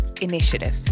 initiative